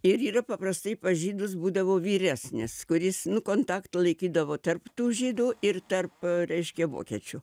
ir yra paprastai pas žydus būdavo vyresnis kuris nu kontaktą laikydavo tarp tų žydų ir tarp reiškia vokiečių